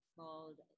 called